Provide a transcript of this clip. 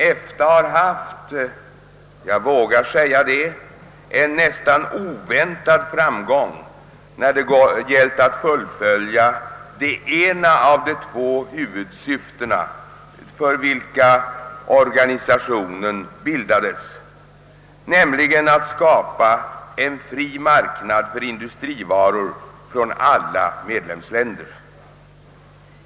EFTA har haft — jag vågar säga det -— en nästan oväntad framgång när det gällt att fullfölja det ena av de två huvudsyften för vilka organisationen bildades, nämligen att skapa en fri marknad för industrivaror från alla medlemsländer.